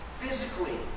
physically